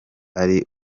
ari